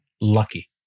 lucky